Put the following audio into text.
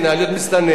להיות מסתנן,